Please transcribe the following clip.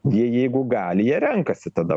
jie jeigu gali jie renkasi tada